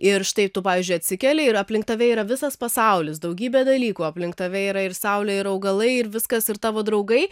ir štai tu pavyzdžiui atsikeli ir aplink tave yra visas pasaulis daugybė dalykų aplink tave yra ir saulė ir augalai ir viskas ir tavo draugai